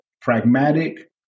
pragmatic